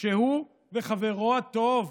שהוא וחברו הטוב,